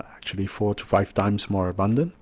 actually four to five times more abundant.